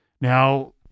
Now